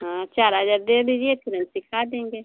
हाँ चार हज़ार दे दीजिए फिर हम सिखा देंगे